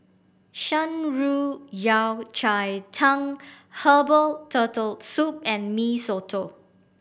Shan Rui Yao Cai Tang herbal Turtle Soup and Mee Soto